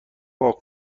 پاک